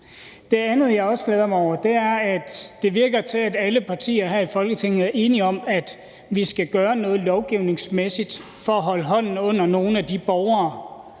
rundtomkring. Jeg glæder mig også over, at det virker, som om alle partier her i Folketinget er enige om, at vi skal gøre noget lovgivningsmæssigt for at holde hånden under nogle af de borgere,